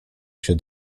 się